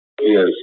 Yes